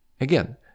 Again